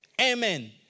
Amen